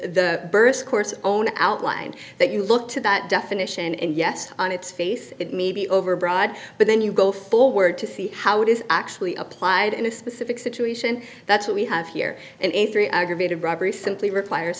the birth course own outline that you look to that definition and yet on its face it may be overbroad but then you go forward to see how it is actually applied in a specific situation that's what we have here and a three aggravated robbery simply requires